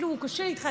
קשה איתך,